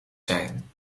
zijn